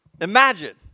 Imagine